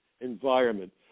environment